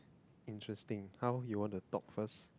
interesting how you want to talk first